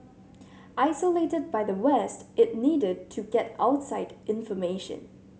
isolated by the West it needed to get outside information